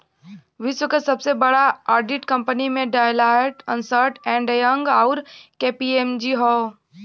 विश्व क सबसे बड़ा ऑडिट कंपनी में डेलॉयट, अन्सर्ट एंड यंग, आउर के.पी.एम.जी हौ